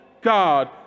God